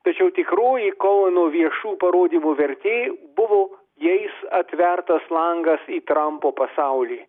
tačiau tikroji koeno viešų parodymų vertė buvo jais atvertas langas į trampo pasaulį